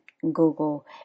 Google